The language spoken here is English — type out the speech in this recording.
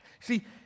See